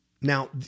Now